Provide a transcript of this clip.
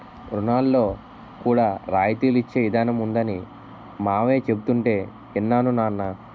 రుణాల్లో కూడా రాయితీలు ఇచ్చే ఇదానం ఉందనీ మావయ్య చెబుతుంటే యిన్నాను నాన్నా